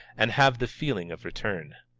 and have the feeling of return.